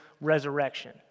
resurrection